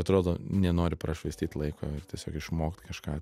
atrodo nenori prašvaistyt laiko ir tiesiog išmokt kažką